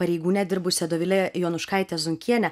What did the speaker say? pareigūne dirbusi dovilė jonuškaite zunkiene